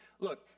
look